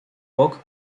bok